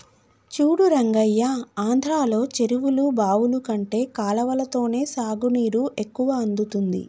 చూడు రంగయ్య ఆంధ్రలో చెరువులు బావులు కంటే కాలవలతోనే సాగునీరు ఎక్కువ అందుతుంది